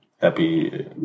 happy